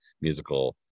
musical